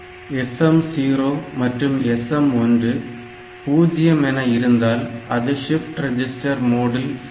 SM0 மற்றும் SM1 0 என இருந்தால் அது ஷிப்ட் ரெஜிஸ்டர் மோடில் செயல்படும்